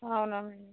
అవునవును